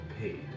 paid